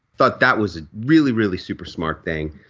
thought that was a really, really super smart thing.